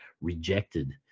rejected